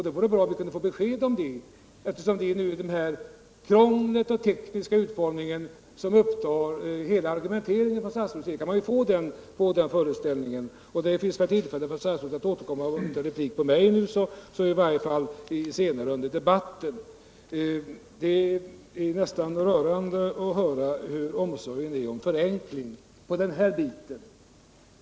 Det vore bra om vi kunde få besked om det. Eftersom det är det här krånglet och den tekniska utformningen som statsrådets argumentation omfattar, kan man få den föreställningen att skiljaktigheten är formell. Det finns väl tillfälle för statsrådet att återkomma, om inte i replik till mig så i varje fall senare under debatten. Det är nästan rörande att höra hur stor omsorgen är om förenkling på den här biten.